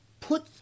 put